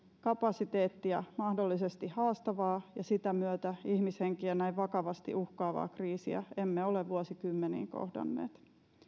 kapasiteettia mahdollisesti haastavaa ja sen myötä ihmishenkiä näin vakavasti uhkaavaa kriisiä emme ole vuosikymmeniin kohdanneet